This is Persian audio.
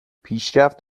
پیشرفت